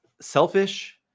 selfish